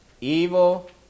Evil